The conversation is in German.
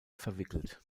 verwickelt